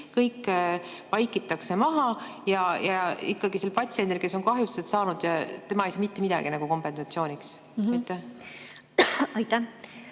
kõik vaikitakse maha, ja ikkagi see patsient, kes on kahjustused saanud, ei saa mitte midagi kompensatsiooniks? Aitäh!